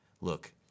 Look